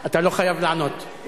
אתה לא חייב לענות.